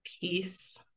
peace